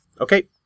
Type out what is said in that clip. Okay